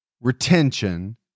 retention